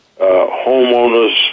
homeowners